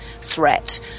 threat